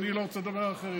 אני לא רוצה לדבר על אחרים.